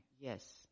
Yes